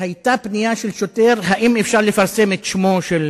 היתה פנייה של שוטר אם אפשר לפרסם את שמו של